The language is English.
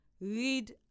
read